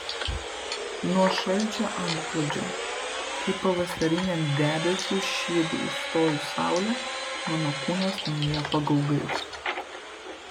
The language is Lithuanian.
nuo šalčio antplūdžio kaip pavasariniam debesiui šydu užstojus saulę mano kūnas nuėjo pagaugais